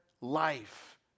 life